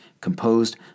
composed